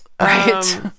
Right